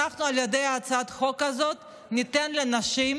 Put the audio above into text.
אנחנו על ידי הצעת החוק הזאת ניתן לנשים